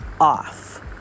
off